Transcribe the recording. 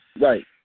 Right